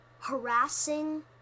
harassing